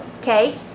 okay